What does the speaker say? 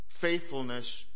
faithfulness